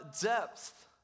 depth